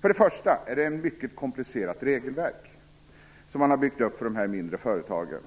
För det första är det ett mycket komplicerat regelverk som man har byggt upp för de mindre företagen.